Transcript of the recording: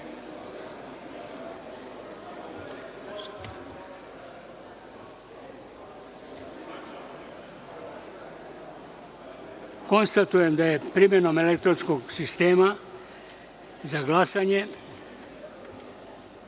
glasanje. Konstatujem da je, primenom elektronskog sistema za glasanje,